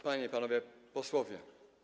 Panie i Panowie Posłowie!